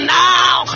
now